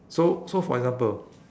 so so for example